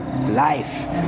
life